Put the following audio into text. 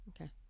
okay